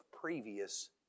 previous